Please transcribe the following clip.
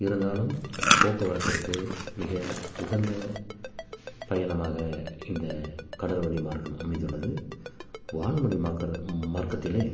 இருந்தாலும் போக்குவரத்திற்கு மிக உகந்த பயணமாக இந்த கடல்வழி மார்க்கம் அமைந்துள்ளது வான்வழி மாக்கர மார்க்கத்திலே